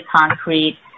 concrete